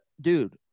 dude